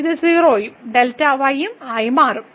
ഇത് 0 ഉം ഉം ആയി മാറും